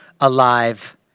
alive